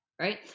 right